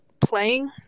playing